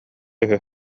үһү